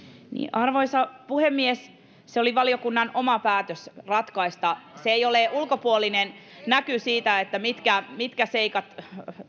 arvoisa puhemies oli valiokunnan oma päätös ratkaista asia ei ole ulkopuolista näkyä siitä mitkä mitkä seikat